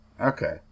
Okay